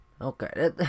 Okay